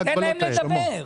אני אתן להם לדבר.